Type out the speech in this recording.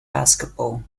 basketball